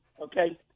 Okay